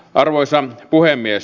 arvoisa puhemies